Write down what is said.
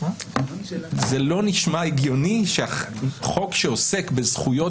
זה לא נשמע הגיוני שחוק שעוסק בזכויות